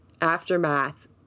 aftermath